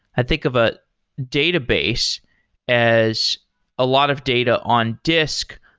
i think of a database as a lot of data on disk,